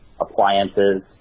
appliances